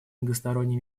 многосторонний